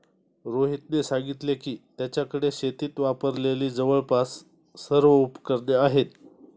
रोहितने सांगितले की, त्याच्याकडे शेतीत वापरलेली जवळपास सर्व उपकरणे आहेत